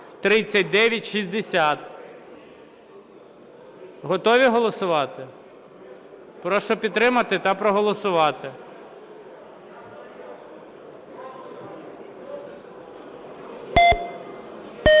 готові голосувати? Прошу підтримати та проголосувати.